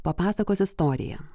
papasakos istoriją